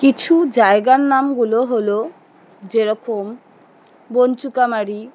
কিছু জায়গার নামগুলো হলো যেরকম বাঁচুকামারি